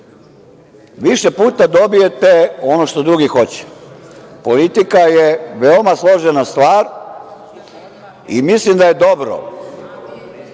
Više puta dobijete ono što drugi hoće. Politika je veoma složena stvar i mislim da je dobro